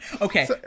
okay